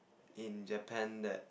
in Japan that